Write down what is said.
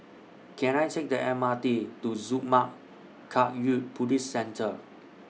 Can I Take The M R T to Zurmang Kagyud Buddhist Centre